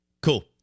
Cool